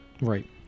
Right